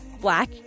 black